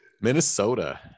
Minnesota